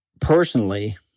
personally